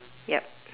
yup